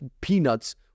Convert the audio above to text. peanuts